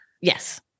yes